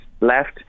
left